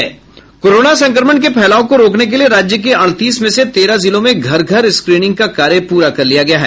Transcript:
corona संक्रमण के फैलाव को रोकने के लिए राज्य के अड़तीस में से तेरह जिलों में घर घर स्क्रीनिंग का कार्य पूरा कर लिया गया है